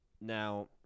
Now